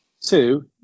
Two